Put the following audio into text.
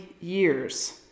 years